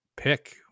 pick